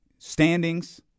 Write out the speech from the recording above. standings